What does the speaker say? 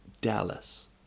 Dallas